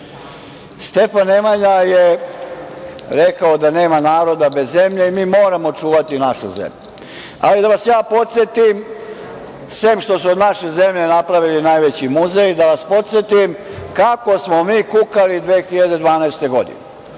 Nemanja je rekao da nema naroda bez zemlje i mi moramo čuvati našu zemlju. Ali, da vas ja podsetim, sem što su od naše zemlje napravili najveći muzej, da vas podsetim kako smo mi kukali 2012. godine.